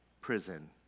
prison